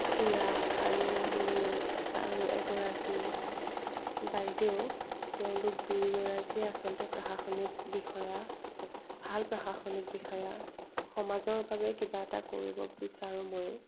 খুৰা আৰু মোৰ আৰু মোৰ এগৰাকী বাইদেউ তেওঁলোক দুইগৰাকীয়ে আচলতে প্ৰশাসনিক বিষয়া ভাল প্ৰশাসনিক বিষয়া সমাজৰ বাবে কিবা এটা কৰিব বিচাৰোঁ ময়ো